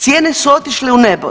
Cijene su otišle u nebo.